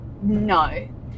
No